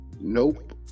Nope